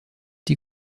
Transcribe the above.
die